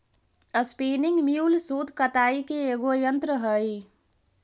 spinning mule सूत कताई के एगो यन्त्र हई